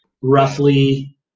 roughly